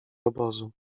obozu